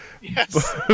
Yes